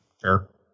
Sure